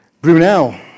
Brunel